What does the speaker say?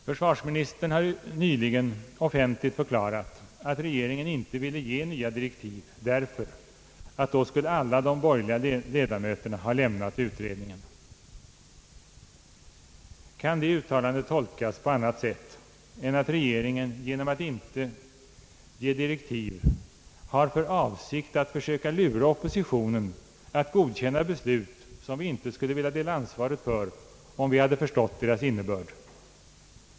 Försvarsministern har nyligen offentligt förklarat, att regeringen inte ville ge nya direktiv därför att alla de borgerliga ledamöterna då skulle ha lämnat utredningen. Kan det uttalandet tolkas på annat sätt än att regeringen genom att inte ge direktiv har för avsikt att försöka lura oppositionen att godkänna beslut, som vi inte skulle vilja dela ansvaret för om vi hade förstått deras innebörd?